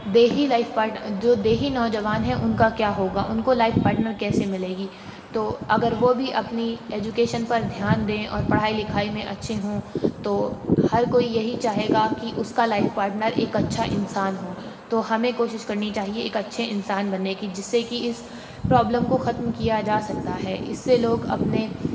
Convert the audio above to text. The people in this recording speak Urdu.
دیہی لائف پارٹ جو دیہی نوجوان ہیں ان کا کیا ہوگا ان کو لائف پاٹنر کیسے ملے گی تو اگر وہ بھی اپنی ایجوکیشن پر دھیان دیں اور پڑھائی لکھائی میں اچھے ہوں تو ہر کوئی یہی چاہے گا کہ اس کا لائف پاٹنر ایک اچھا انسان ہو تو ہمیں کوشش کرنی چاہیے ایک اچھے انسان بننے کی جس سے کہ اس پرابلم کو ختم کیا جا سکتا ہے اس سے لوگ اپنے